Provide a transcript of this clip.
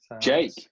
Jake